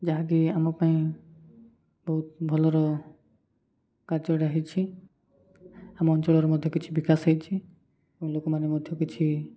ଯାହାକି ଆମ ପାଇଁ ବହୁତ ଭଲର କାର୍ଯ୍ୟଟା ହେଇଛି ଆମ ଅଞ୍ଚଳର ମଧ୍ୟ କିଛି ବିକାଶ ହେଇଛିି ଏବଂ ଲୋକମାନେ ମଧ୍ୟ କିଛି